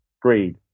greed